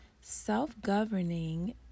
self-governing